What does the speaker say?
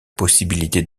possibilité